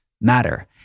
matter